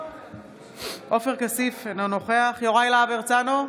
נגד עופר כסיף, אינו נוכח יוראי להב הרצנו,